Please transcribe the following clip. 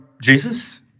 Jesus